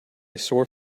sore